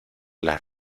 las